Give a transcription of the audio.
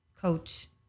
coach